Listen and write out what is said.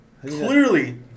Clearly